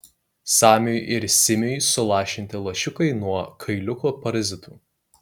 samiui ir simiui sulašinti lašiukai nuo kailiuko parazitų